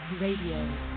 Radio